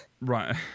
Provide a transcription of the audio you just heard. Right